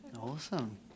Awesome